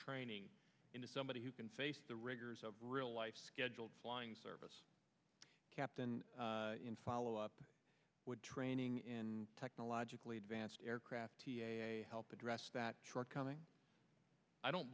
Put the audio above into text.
training into somebody who can face the rigors of real life scheduled flying service captain in follow up with training in technologically advanced aircraft to help address that shortcoming i don't